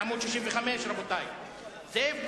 בעמוד 65. הסתייגות של זאב בוים,